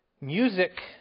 Music